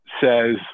says